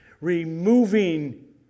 removing